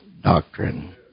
doctrine